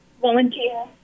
volunteer